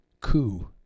coup